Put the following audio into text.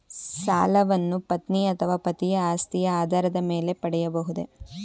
ಸಾಲವನ್ನು ಪತ್ನಿ ಅಥವಾ ಪತಿಯ ಆಸ್ತಿಯ ಆಧಾರದ ಮೇಲೆ ಪಡೆಯಬಹುದೇ?